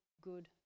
good